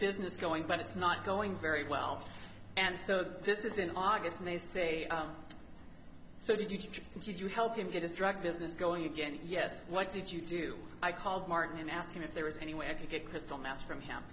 business going but it's not going very well and so this is in august and they say so did you did you help him get his drug business going again yes what did you do i called martin and asked him if there was any way i could get crystal meth from him